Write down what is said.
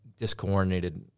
discoordinated